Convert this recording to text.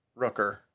Rooker